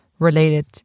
related